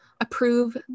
approve